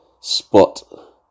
spot